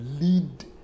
lead